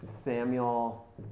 Samuel